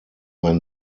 ein